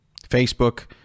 Facebook